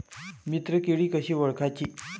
मित्र किडी कशी ओळखाची?